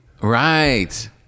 Right